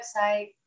website